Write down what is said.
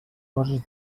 coses